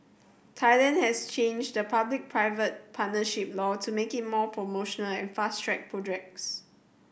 Thailand has changed the public private partnership law to make it more promotional and fast track projects